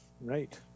right